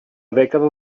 dècada